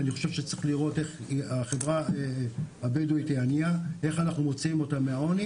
אני חושב שצריך לראות איך אנחנו מוציאים אותם מהעוני.